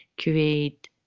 create